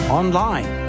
online